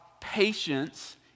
patience